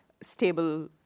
stable